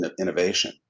innovation